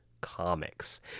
comics